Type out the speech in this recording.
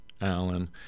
Alan